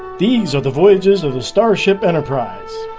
these are the voyages of the starship enterprise?